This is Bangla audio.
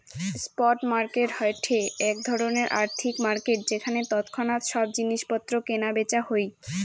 স্পট মার্কেট হয়ঠে এক ধরণের আর্থিক মার্কেট যেখানে তৎক্ষণাৎ সব জিনিস পত্র কেনা বেচা হই